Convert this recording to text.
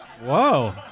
Whoa